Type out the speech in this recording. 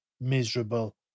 miserable